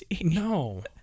No